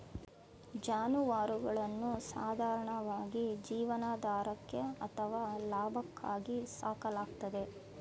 ಜಾನುವಾರುಗಳನ್ನು ಸಾಧಾರಣವಾಗಿ ಜೀವನಾಧಾರಕ್ಕೆ ಅಥವಾ ಲಾಭಕ್ಕಾಗಿ ಸಾಕಲಾಗ್ತದೆ